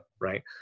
Right